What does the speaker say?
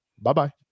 Bye-bye